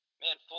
man